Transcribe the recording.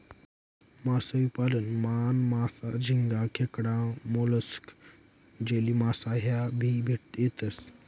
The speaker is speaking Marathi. मासोई पालन मान, मासा, झिंगा, खेकडा, मोलस्क, जेलीमासा ह्या भी येतेस